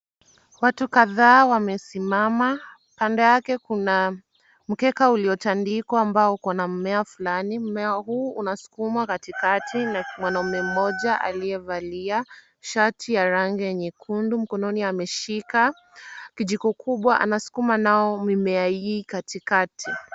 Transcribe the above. Watu kadhaa wamesimama kando yake kuna mkeka uliotandikwa ambao una mmea fulani, mmea huu unasukumwa katikati na mwanaume moja aliyevalia shati ya rangi nyekundu mkononi ameshika kijiko kubwa anasukuma nayo mimea hii katikati.